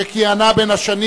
שכיהנה בין השנים